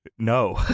No